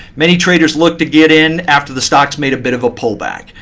many traders look to get in after the stocks made a bit of a pullback.